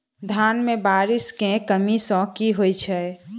धान मे बारिश केँ कमी सँ की होइ छै?